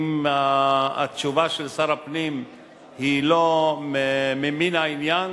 אם התשובה של שר הפנים היא לא ממין העניין,